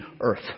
earth